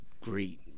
great